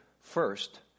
first